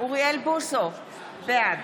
אוריאל בוסו, בעד